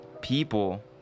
people